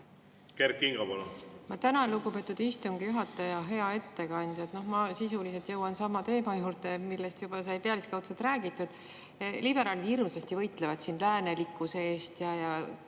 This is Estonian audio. Kert Kingo, palun! Ma tänan, lugupeetud istungi juhataja! Hea ettekandja! Ma sisuliselt jõuan sama teema juurde, millest sai juba pealiskaudselt räägitud. Liberaalid hirmsasti võitlevad siin läänelikkuse eest.